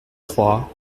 trois